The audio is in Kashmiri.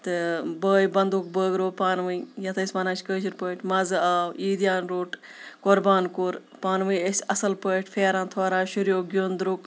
تہٕ بٲے بنٛدو بٲگرو پانہٕ ؤنۍ یَتھ أسۍ وَنان چھِ کٲشِر پٲٹھۍ مَزٕ آو عیٖدیان روٚٹ قۄربان کوٚر پانہٕ ؤنۍ ٲسۍ اَصٕل پٲٹھۍ پھیران تھوران شُریو گیُٚنٛد درٛوٚک